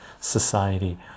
society